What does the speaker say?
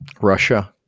Russia